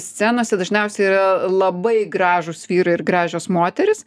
scenose dažniausiai yra labai gražūs vyrai ir gražios moterys